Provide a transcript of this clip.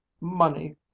Money